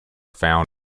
found